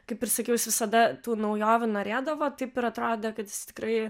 kaip ir sakiau jis visada tų naujovių norėdavo taip ir atrodė kad jis tikrai